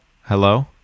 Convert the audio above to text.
hello